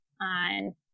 on